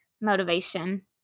motivation